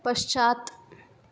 पश्चात्